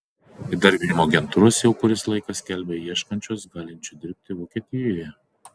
įdarbinimo agentūros jau kuris laikas skelbia ieškančios galinčių dirbti vokietijoje